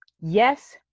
yes